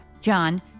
John